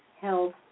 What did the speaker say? health